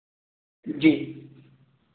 जी